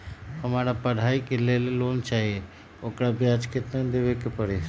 हमरा पढ़ाई के लेल लोन चाहि, ओकर ब्याज केतना दबे के परी?